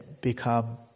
become